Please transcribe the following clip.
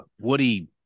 Woody